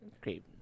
Great